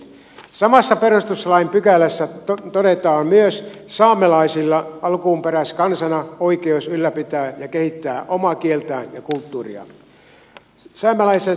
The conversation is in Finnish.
samassa perustuslain pykälässä todetaan myös että saamelaisilla alkuperäiskansana on oikeus ylläpitää ja kehittää omaa kieltään ja kulttuuriaan